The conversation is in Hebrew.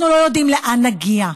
אנחנו לא יודעים לאן נגיע.